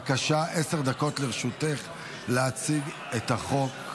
עשר דקות לרשותך להציג את הצעת החוק,